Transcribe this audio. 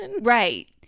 Right